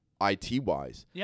IT-wise